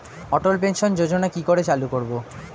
অটল pension যোজনার কি করে চালু করব?